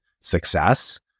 success